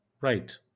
right